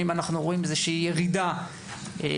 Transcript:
האם אנחנו רואים איזושהי ירידה במקרים?